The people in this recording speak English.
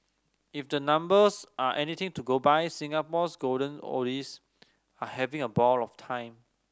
if the numbers are anything to go by Singapore's golden oldies are having a ball of time